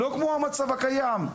לא כמו המצב הקיים.